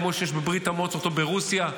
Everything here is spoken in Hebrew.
כמו שיש בברית המועצות או ברוסיה,